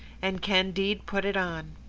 and candide put it on.